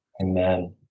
Amen